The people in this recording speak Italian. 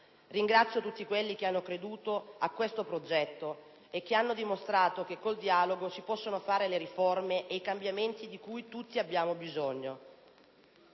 Ringrazio tutti coloro che hanno creduto a questo progetto e che hanno dimostrato che con il dialogo si possono fare le riforme e i cambiamenti di cui tutti abbiamo bisogno.